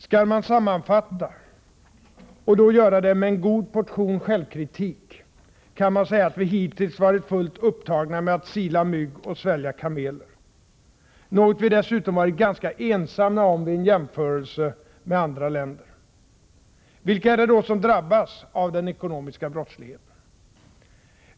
Skall man sammanfatta, och då göra det med en god portion självkritik, kan man säga att vi hittills varit fullt upptagna med att sila mygg och svälja kameler, något vi dessutom varit ganska ensamma om vid en jämförelse med andra länder. Vilka är det då som drabbas av den ekonomiska brottsligheten?